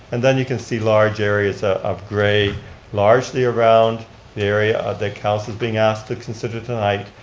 and then you can see large areas ah of gray largely around the area that council is being asked to consider tonight,